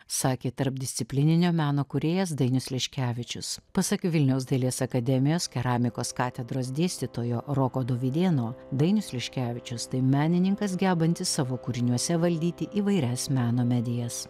sakė tarpdisciplininio meno kūrėjas dainius liškevičius pasak vilniaus dailės akademijos keramikos katedros dėstytojo roko dovydėno dainius liškevičius tai menininkas gebantis savo kūriniuose valdyti įvairias meno medijas